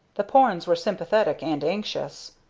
the pornes were sympathetic and anxious.